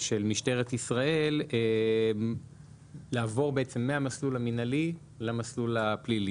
של משטרת ישראל לעבור מהמסלול המינהלי למסלול הפלילי.